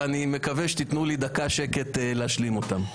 ואני מקווה שתיתנו לי דקה שקט להשלים אותם.